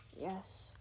Yes